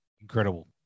Incredible